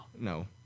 No